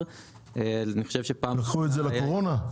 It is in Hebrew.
לקחו את זה לקורונה?